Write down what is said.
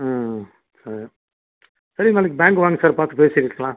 ம் சரி நாளைக்கு பேங்க்கு வாங்க சார் பார்த்து பேசிக்கலாம்